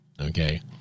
Okay